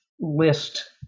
list